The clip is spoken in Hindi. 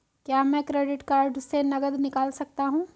क्या मैं क्रेडिट कार्ड से नकद निकाल सकता हूँ?